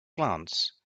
glance